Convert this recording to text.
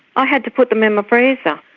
i had to put them in my freezer!